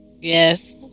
Yes